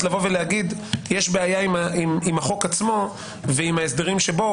לבוא ולהגיד שיש בעיה עם החוק עצמו ועם ההסדרים שבו,